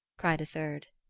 cried a third.